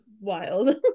wild